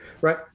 right